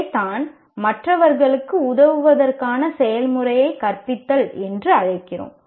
அதைத்தான் மற்றவர்களுக்கு உதவுவதற்கான செயல்முறையை கற்பித்தல் என்று அழைக்கிறோம்